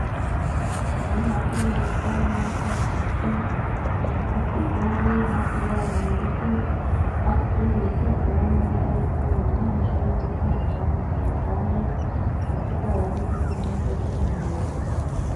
Umuhanda wa kaburimbo, imodoka ya tagisi, umuntu uri ku igare, hakurya yaho hari ibiti, hakurya y'ibyo biti hakaba hari imodoka yarukururanwa, hejuru y'iyo modoka hakaba hari inzu ya etaje ndetse ikaba ari n'indi modoka yicayeho umuntu hejuru.